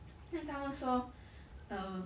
then 他们说 err